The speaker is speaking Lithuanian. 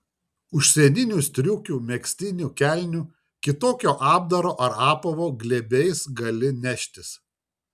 užsieninių striukių megztinių kelnių kitokio apdaro ar apavo glėbiais gali neštis